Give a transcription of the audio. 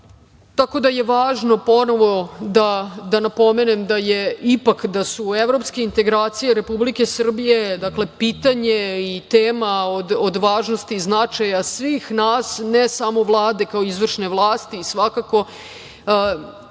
tako da je važno ponovo da napomenem da su ipak evropske integracije Republike Srbije pitanje i tema od važnosti i značaja svih nas, ne samo Vlade kao izvršne vlasti i svakako